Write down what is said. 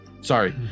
sorry